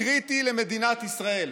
קריטי למדינת ישראל.